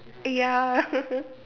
ya